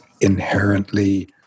inherently